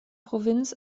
provinz